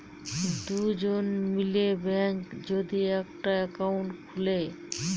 দুজন মিলে ব্যাঙ্কে যদি একটা একাউন্ট খুলে